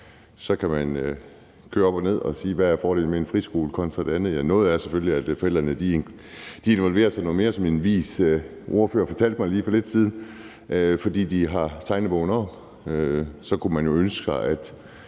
Så kan man snakke frem og tilbage og sige: Hvad er fordelen ved en friskole kontra det andet? En del af det er selvfølgelig, at forældrene involverer sig noget mere, som en vis ordfører fortalte mig lige for lidt siden, fordi de har tegnebogen oppe af lommen. Så kunne man jo ønske